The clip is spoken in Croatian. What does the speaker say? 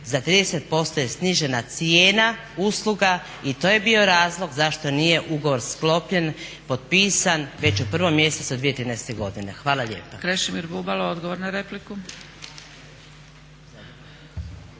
za 30% je snižena cijena usluga i to je bio razlog zašto nije ugovor sklopljen, potpisan već u 1. mjesecu 2013. godine. Hvala lijepa.